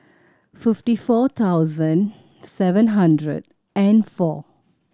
fifty four thousand seven hundred and four